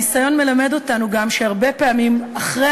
הניסיון מלמד אותנו גם שהרבה פעמים אחרי